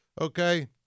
okay